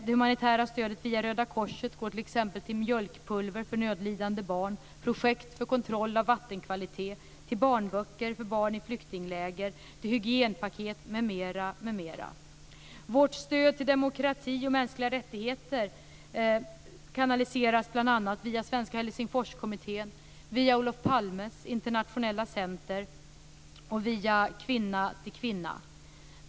Det humanitära stödet via Röda korset går t.ex. till mjölkpulver till nödlidande barn, till projekt för kontroll av vattenkvaliteten, till barnböcker för barn i flyktingläger, till hygienpaket, m.m. Vårt stöd för demokrati och mänskliga rättigheter kanaliseras bl.a. via Svenska Helsingforskommittén, via Olof Palmes internationella center och via Kvinna till kvinna.